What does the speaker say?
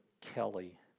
Kelly